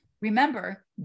Remember